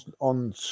on